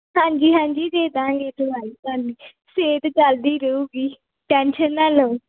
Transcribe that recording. ਹਾਂਜੀ ਹਾਂਜੀ ਦੇ ਦਾਂਗੇ ਦਵਾਈ ਤੁਹਾਨੂੰ ਸਿਹਤ ਚੱਲਦੀ ਰਹੂਗੀ ਟੈਂਸ਼ਨ ਨਾ ਲਉ